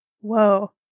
Whoa